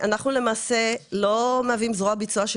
למעשה אנחנו לא מהווים זרוע ביצוע של